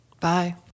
Bye